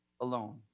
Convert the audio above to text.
alone